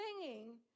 singing